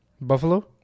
Buffalo